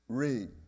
read